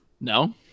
No